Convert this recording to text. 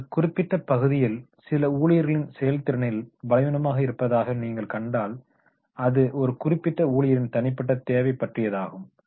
எனவே ஒரு குறிப்பிட்ட பகுதியில் சில ஊழியர்களின் செயல்திறனில் பலவீனமாக இருப்பதாக நீங்கள் கண்டால் அது ஒரு குறிப்பிட்ட ஊழியரின் தனிப்பட்ட தேவைப் பற்றியதாகும்